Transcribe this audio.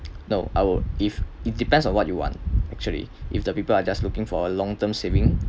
no I'd if it depends on what you want actually if the people are just looking for a long term saving